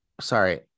sorry